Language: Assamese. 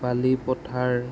বালিপথাৰ